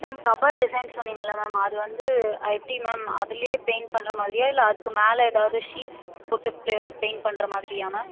ma'am cupboard design சொன்னீங்கல்ல ma'am அது வந்து எப்படி மேம் அதுலையே பெயிண்ட் பண்ணுற மாதிரியா இல்லை அதற்கு மேலே ஏதாவது ஷீட்ஸ் போட்டு பிளே பெயிண்ட் பண்ணுற மாதிரியா மேம்